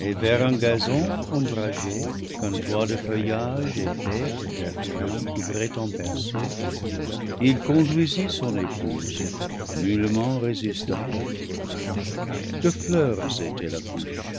et vers un gazon ombragé qu'un toit de feuillage épais et verdoyant couvrait en berceau il conduisit son épouse nullement résistante de fleurs était la couche